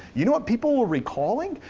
you know what people were recalling?